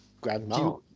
grandma